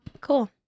cool